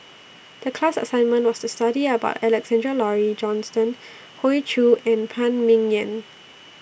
The class assignment was to study about Alexander Laurie Johnston Hoey Choo and Phan Ming Yen